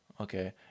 okay